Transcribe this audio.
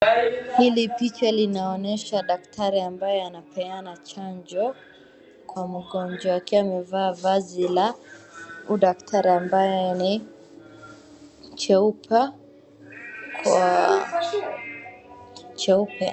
Hii picha inaonyesha daktari ambaye anapena chanjo kwa mgonjwa akiwa amevaa vazi la huyu daktari ambaye ni jeupe.